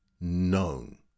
known